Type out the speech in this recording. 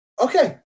Okay